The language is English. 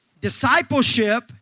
Discipleship